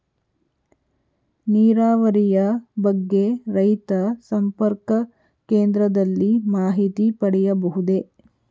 ನೀರಾವರಿಯ ಬಗ್ಗೆ ರೈತ ಸಂಪರ್ಕ ಕೇಂದ್ರದಲ್ಲಿ ಮಾಹಿತಿ ಪಡೆಯಬಹುದೇ?